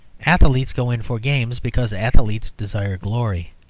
athletes go in for games, because athletes desire glory.